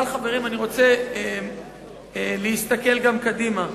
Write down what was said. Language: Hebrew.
אבל, חברים, אני רוצה להסתכל גם קדימה.